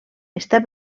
està